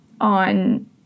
on